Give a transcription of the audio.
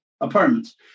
apartments